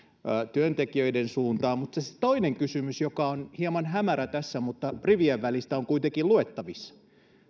työntekijöiden suuntaan se se toinen kysymys on hieman hämärä tässä mutta rivien välistä on kuitenkin luettavissa